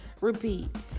repeat